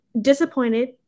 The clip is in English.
disappointed